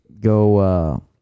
go